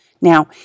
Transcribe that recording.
Now